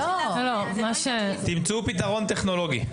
תמצאו פתרון טכנולוגי.